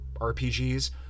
RPGs